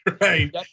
right